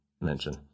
mention